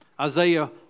Isaiah